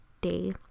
day